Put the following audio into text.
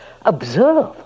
observe